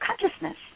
consciousness